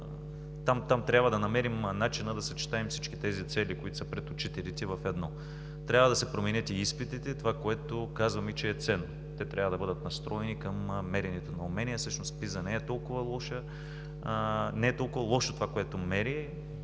Там трябва да намерим начина да съчетаем всички тези цели, които са пред учителите, в едно. Трябва да се променят и изпитите – това, което казваме, че е ценно. Те трябва да бъдат настроени към меренето на умения. Всъщност PISA не е толкова лошо това, което мери.